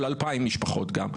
של 2,000 משפחות גם,